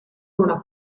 una